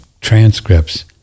transcripts